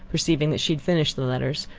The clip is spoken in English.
perceiving that she had finished the letters,